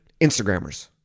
Instagrammers